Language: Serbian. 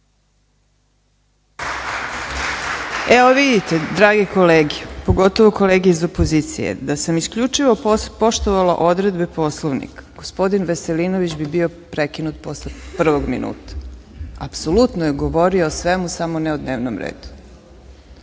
Evo, vidite, dragi kolege, pogotovo kolege iz opozicije, da sam isključivo poštovala odredbe Poslovnika, gospodin Veselinović bi bio prekinut posle prvog minuta, apsolutno je govorio o svemu samo ne o dnevnom redu. Ja